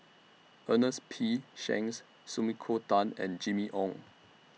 Ernest P Shanks Sumiko Tan and Jimmy Ong